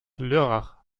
lörrach